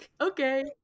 okay